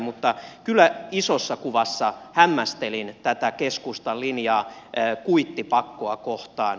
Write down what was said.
mutta kyllä isossa kuvassa hämmästelin tätä keskustan linjaa kuittipakkoa kohtaan